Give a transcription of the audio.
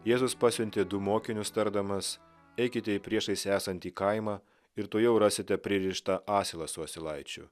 jėzus pasiuntė du mokinius tardamas eikite į priešais esantį kaimą ir tuojau rasite pririštą asilą su asilaičiu